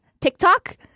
TikTok